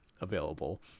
available